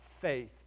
faith